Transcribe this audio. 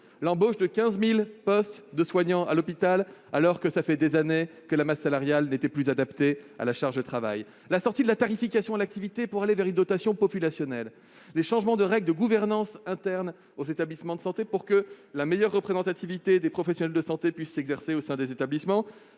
embauche de 15 000 soignants à l'hôpital- alors que cela fait des années que la masse salariale n'était plus adaptée à la charge de travail -, sortie de la tarification à l'activité pour aller vers une dotation populationnelle, changements des règles de gouvernance internes aux établissements de santé, pour permettre une meilleure représentativité des professionnels de santé en leur sein, enfin-